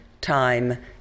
time